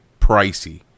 pricey